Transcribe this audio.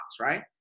right